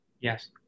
Yes